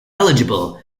eligible